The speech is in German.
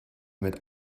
mit